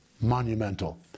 monumental